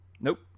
Nope